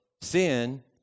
sin